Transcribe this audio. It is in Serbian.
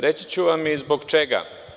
Reći ću vam i zbog čega.